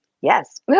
Yes